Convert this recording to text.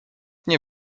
nie